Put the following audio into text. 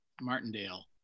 Martindale